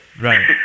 Right